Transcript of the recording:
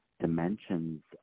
dimensions